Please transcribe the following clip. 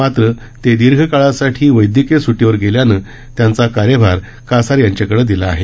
मात्र ते दीर्घ काळासाठी वैद्यकिय सुट्टीवर गेल्यानं त्यांचा कार्यभार कासार यांच्याकडे देण्यात आला आहे